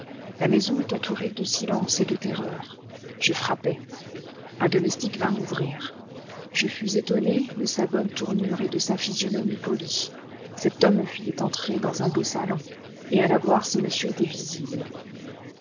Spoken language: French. la maison est entourée de silence et de terreur je frappai un domestique vint m'ouvrir je fus étonné de sa bonne tournure et de sa physionomie polie cet homme me fit entrer dans un beau salon et alla voir si monsieur était visible